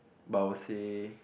but I would say